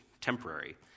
temporary